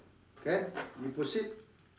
can you proceed